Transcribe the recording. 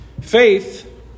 Faith